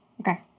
Okay